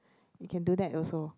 you can do that also